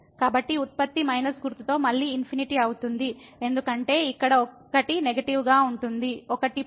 కాబట్టి ఉత్పత్తి మైనస్ గుర్తుతో మళ్ళీ ఇన్ఫినిటీ అవుతుంది ఎందుకంటే ఇక్కడ ఒకటి నెగిటివ్ గా ఉంటుంది ఒకటి ప్లస్